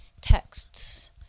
texts